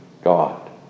God